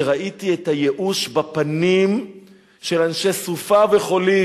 כשראיתי את הייאוש בפנים של אנשי סופה וחולית,